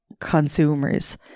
consumers